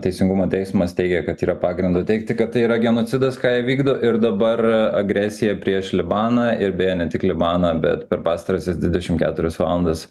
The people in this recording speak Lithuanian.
teisingumo teismas teigia kad yra pagrindo teigti kad tai yra genocidas ką jie vykdo ir dabar agresija prieš libaną ir beje ne tik libaną bet per pastarąsias dvidešim keturias valandas